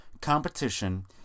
competition